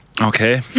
okay